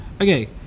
Okay